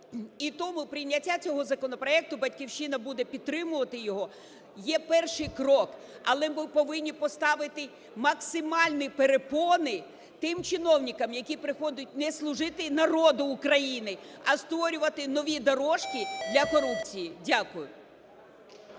І тому прийняття цього законопроекту "Батьківщина" буде підтримувати його, є перший крок. Але ми повинні поставити максимальні перепони тим чиновникам, які приходять не служити народу України, а створювати нові дорожки для корупції. Дякую.